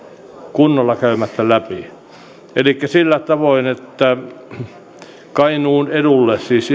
kunnolla käymättä läpi sillä tavoin että kainuun edulle siis